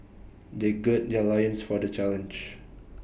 they gird their loins for the challenge